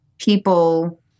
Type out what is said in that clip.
people